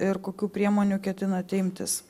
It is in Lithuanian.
ir kokių priemonių ketinate imtis